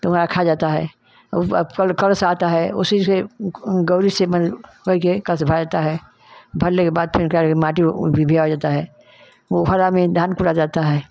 तो उहाँ रखा जाता है उ अब फल करस आता है उसी से गौरी से बन बई के कसभा जाता है भरले के बाद फेन करे माटी ओ उनपे भी आ जाता है वो हरा में धान कोरा जाता है